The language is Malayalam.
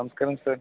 നമസ്കാരം സാർ